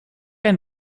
ein